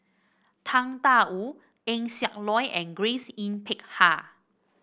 Tang Da Wu Eng Siak Loy and Grace Yin Peck Ha